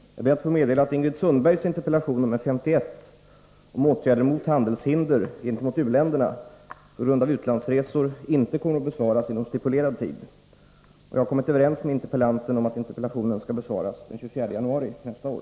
Fru talman! Jag ber att få meddela att Ingrid Sundbergs interpellation nr 51 om åtgärder mot handelshinder gentemot u-länderna på grund av utlandsresor inte kommer att besvaras inom stipulerad tid. Jag har kommit överens med interpellanten om att interpellationen skall besvaras den 24 januari nästa år.